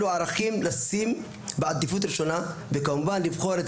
אילו ערכים לשים בעדיפות ראשונה וכמובן לבחור את